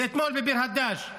ואתמול בביר הדאג'.